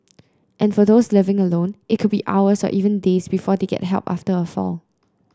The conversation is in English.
and for those living alone it could be hours or even days before they get help after a fall